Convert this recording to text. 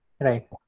Right